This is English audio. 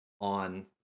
on